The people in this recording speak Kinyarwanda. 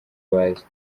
bazi